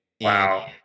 Wow